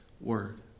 word